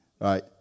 right